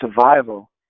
survival